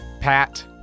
Pat